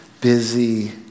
busy